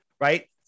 right